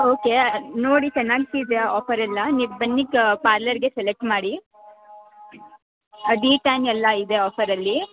okay ನೋಡಿ ಚೆನ್ನಾಗಿದೆ offer ಎಲ್ಲ ನೀವು ಬನ್ನಿ ಪಾರ್ಲರಿಗೆ ಸೆಲೆಕ್ಟ್ ಮಾಡಿ ಅದು ಈ ಟೈಮ್ ಎಲ್ಲಾ ಇದೆ ಆಫರಲ್ಲಿ